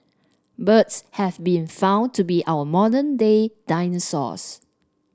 birds have been found to be our modern day dinosaurs